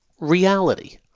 reality